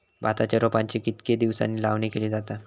भाताच्या रोपांची कितके दिसांनी लावणी केली जाता?